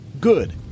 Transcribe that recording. good